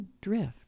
drift